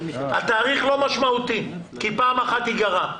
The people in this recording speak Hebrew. התאריך לא משמעותי כי פעם אחת ייגרע.